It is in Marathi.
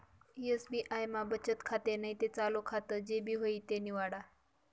एस.बी.आय मा बचत खातं नैते चालू खातं जे भी व्हयी ते निवाडा